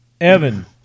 Evan